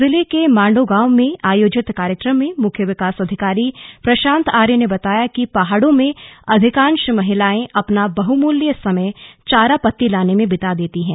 जिले के माण्डो गांव में आयोजित कार्यक्रम में मुख्य विकास अधिकारी प्रशांत आर्य ने बताया कि पहाड़ों में अधिकांश महिलाएं अपना बहुमूल्य समय चारा पत्ती लाने में बिता देती हैं